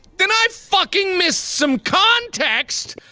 then i fucking missed some context!